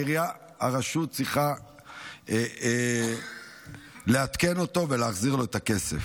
הרשות צריכה לעדכן אותו ולהחזיר לו את הכסף.